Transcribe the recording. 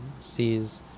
sees